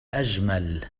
أجمل